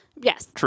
Yes